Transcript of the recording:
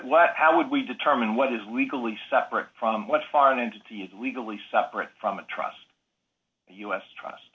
what how would we determine what is legally separate from what foreign entity is legally separate from a trust us trust